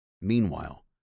Meanwhile